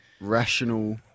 rational